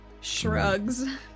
shrugs